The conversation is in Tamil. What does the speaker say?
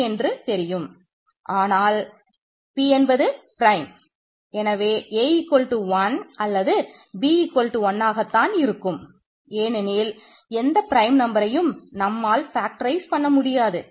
b என்று தெரியும் ஆனால் p என்பது பிரைம் பண்ண முடியாது